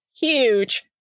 huge